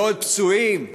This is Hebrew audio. לעוד פצועים?